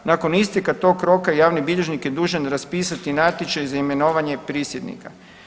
Nakon isteka tog roka javni bilježnik je dužan raspisati natječaj za imenovanje prisjednika.